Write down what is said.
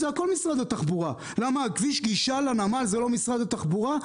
הכול זה משרד התחבורה.